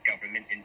government